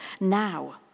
now